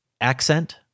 accent